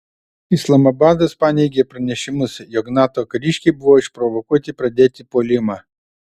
islamabadas paneigė pranešimus jog nato kariškiai buvo išprovokuoti pradėti puolimą